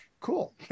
Cool